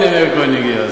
הנה מאיר כהן הגיע,